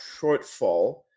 shortfall